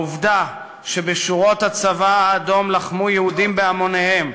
העובדה שבשורות הצבא האדום לחמו יהודים בהמוניהם,